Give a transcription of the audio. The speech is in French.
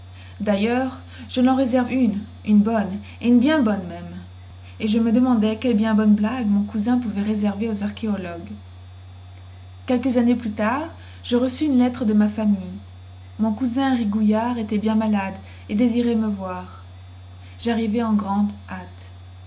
dailleurs je leur en réserve une une bonne et bien bonne même et je me demandai quelle bien bonne blague mon cousin pouvait réserver aux archéologues quelques années plus tard je reçus une lettre de ma famille mon cousin rigouillard était bien malade et désirait me voir jarrivai en grande hâte